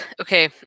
okay